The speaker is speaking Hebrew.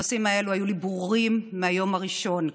הנושאים האלה היו לי ברורים מהיום הראשון.